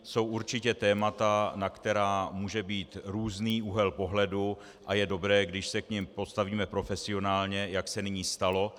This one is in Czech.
Jsou určitě témata, na která může být různý úhel pohledu, a je dobré, když se k nim postavíme profesionálně, jak se nyní stalo.